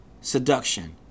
seduction